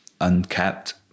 unkept